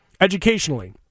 Educationally